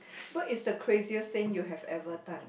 what is the craziest thing you have ever done